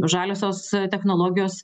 žaliosios technologijos